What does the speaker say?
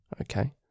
okay